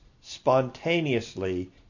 spontaneously